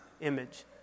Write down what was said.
image